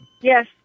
Yes